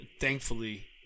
thankfully